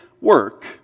Work